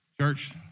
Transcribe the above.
Church